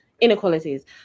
inequalities